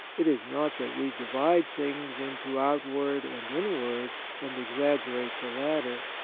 it is not that we divide things into outward and inward, and exaggerate the latter.